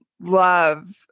love